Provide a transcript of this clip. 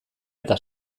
eta